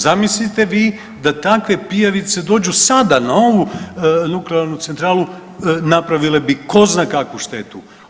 Zamislite vi da takve pijavice dođu sada na ovu nuklearnu centralu napravile bi tko zna kakvu štetu.